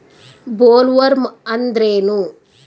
Bollworm ಅಂದ್ರೇನು?